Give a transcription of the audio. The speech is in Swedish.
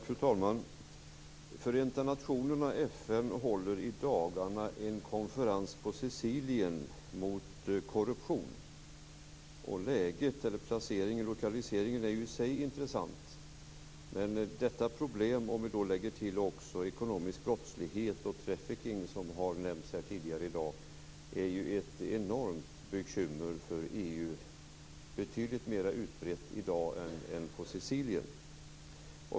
Fru talman! Förenta nationerna, FN, håller i dagarna en konferens på Sicilien om korruption. Och lokaliseringen av konferensen är ju i sig intressant. Men detta problem, ekonomisk brottslighet och trafficking, som har nämnts här tidigare i dag, är ett enormt bekymmer för EU, betydligt mer utbrett i dag än att bara gälla Sicilien.